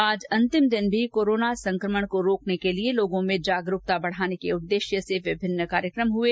आज अंतिम दिन भी कोरोना संकमण को रोकने के लिए लोगों में जागरूकता बढाने के उददेश्य से विभिन्न कार्यक्रम हए